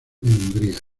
hungría